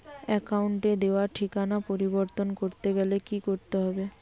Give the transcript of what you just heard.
অ্যাকাউন্টে দেওয়া ঠিকানা পরিবর্তন করতে গেলে কি করতে হবে?